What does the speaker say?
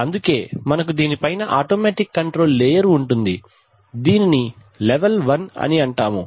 అందుకే మనకు దీని పైన ఆటోమేటిక్ కంట్రోల్ లేయర్ ఉంటుంది దీనిని లెవెల్ 1 అని అంటాము